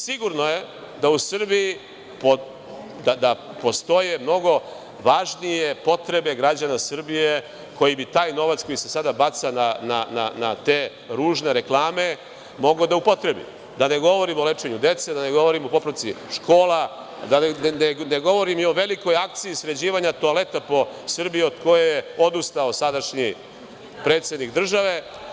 Sigurno je da u Srbiji postoje mnogo važnije potrebe građana Srbije koji bi taj novac, koji se sada baca na te ružne reklame, mogao da upotrebi, da ne govorim o lečenju dece, da ne govorim o popravci škola, da ne govorim i o velikoj akciji sređivanja toaleta po Srbiji, od koje je odustao sadašnji predsednik države.